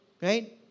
Right